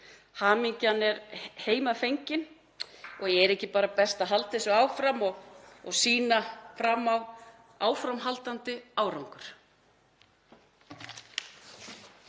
Hamingjan er heima fengin. Er ekki bara best að halda þessu áfram og sýna fram á áframhaldandi árangur?